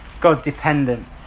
God-dependent